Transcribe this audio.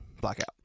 blackout